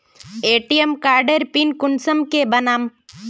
ATM कार्डेर pin कुंसम के बनाम?